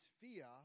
fear